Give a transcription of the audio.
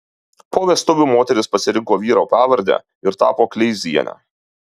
po vestuvių moteris pasirinko vyro pavardę ir tapo kleiziene